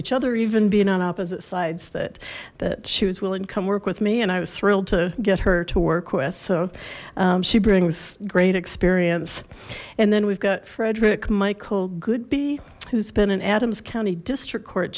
each other even being on opposite sides that that she was willing to come work with me and i was thrilled to get her to work with so she brings great experience and then we've got frederick michael good b who's been an adams county district court